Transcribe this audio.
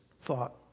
thought